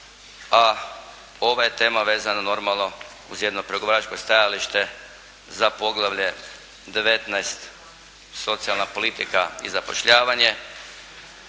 a ova je tema vezana normalno uz jedno pregovaračko stajalište za poglavlje 19. – Socijalna politika i zapošljavanje,